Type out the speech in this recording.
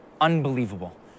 Unbelievable